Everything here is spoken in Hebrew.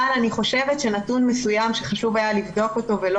אבל אני חושבת שנתון מסוים שחשוב היה לבדוק אותו ולא